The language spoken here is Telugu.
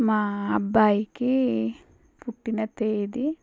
నా అబ్బాయికి పుట్టిన తేదీ